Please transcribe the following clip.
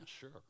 sure